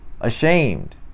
ashamed